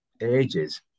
ages